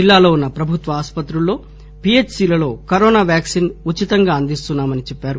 జిల్లాలో ఉన్న ప్రభుత్వ ఆసుపత్రుల్లో పీహెచ్ సీలలో కరోనా వ్యాక్సిన్ ఉచితంగా అందిస్తున్నామని చెప్పారు